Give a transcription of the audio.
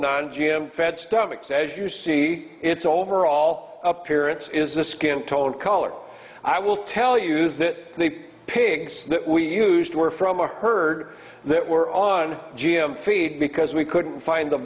non g m fed stomachs as you see its overall appearance is the skin tone color i will tell you that the pigs that we used were from a herd that were on g m feed because we couldn't find the